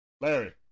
Larry